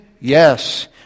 Yes